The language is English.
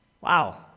Wow